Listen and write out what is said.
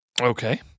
Okay